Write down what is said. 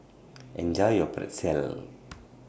Enjoy your Pretzel